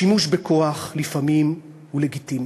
השימוש בכוח לפעמים הוא לגיטימי,